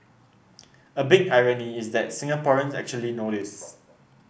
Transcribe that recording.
a big irony is that Singaporeans actually know this